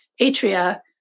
atria